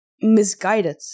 misguided